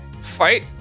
fight